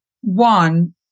one